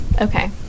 Okay